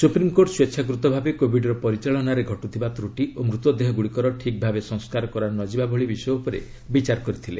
supreme court ସ୍ୱଚ୍ଛାକୃତ ଭାବେ କୋବିଡ୍ର ପରିଚାଳନାରେ ଘଟୁଥିବା ତ୍ରୁଟି ଓ ମୃତ ଦେହଗୁଡ଼ିକର ଠିକ୍ ଭାବେ ସଂସ୍କାର କରାନଯିବା ଭଳି ବିଷୟ ଉପରେ ବିଚାର କରିଥିଲେ